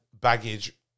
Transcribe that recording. baggage